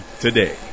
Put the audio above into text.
today